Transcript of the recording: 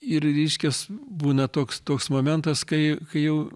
ir reiškias būna toks toks momentas kai kai jau